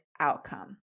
outcome